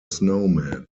snowman